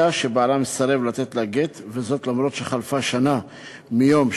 אישה שבעלה מסרב לתת לה גט אף שחלפה שנה מיום שבית-הדין